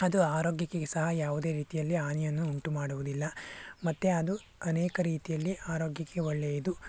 ಅದು ಆರೋಗ್ಯಕ್ಕಾಗಿ ಸಹ ಯಾವುದೇ ರೀತಿಯಲ್ಲಿ ಹಾನಿಯನ್ನು ಉಂಟು ಮಾಡುವುದಿಲ್ಲ ಮತ್ತೆ ಅದು ಅನೇಕ ರೀತಿಯಲ್ಲಿ ಆರೋಗ್ಯಕ್ಕೆ ಒಳ್ಳೆಯದು